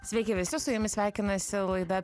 sveiki visi su jumis sveikinasi laida